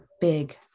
big